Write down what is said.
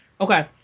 Okay